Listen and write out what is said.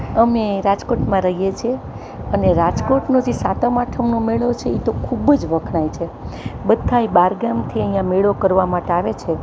અમે રાજકોટમાં રહીએ છીએ અને રાજકોટનો જે સાતમ આઠમનો મેળો છે એ તો ખૂબ જ વખણાય છે બધાય બહાર ગામથી અહીંયા મેળો કરવા માટે આવે છે